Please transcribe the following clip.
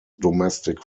domestic